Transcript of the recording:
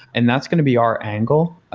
and that's going to be our angle.